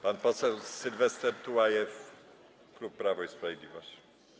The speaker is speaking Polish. Pan poseł Sylwester Tułajew, klub Prawo i Sprawiedliwość.